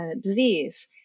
disease